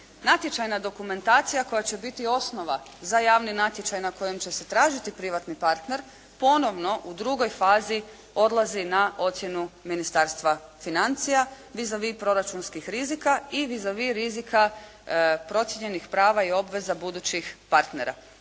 Natječajna dokumentacija koja će biti osnova za javni natječaj na kojem će se tražiti privatni partner ponovno u drugoj fazi odlazi na ocjenu Ministarstva financija vis a vis proračunskih rizika i vis a vis rizika procijenjenih prava i obveza budućih partnera